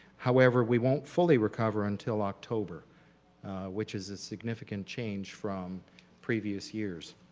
however, we won't fully recover until october which is a significant change from previous years.